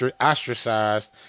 ostracized